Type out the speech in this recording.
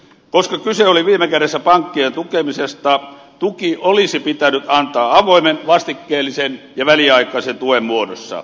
koska kyse oli viime kädessä pankkien tukemisesta tuki olisi pitänyt antaa avoimen vastikkeellisen ja väliaikaisen tuen muodossa